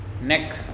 Neck